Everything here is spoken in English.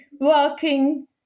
working